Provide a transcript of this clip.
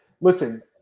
listen